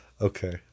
Okay